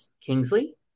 Kingsley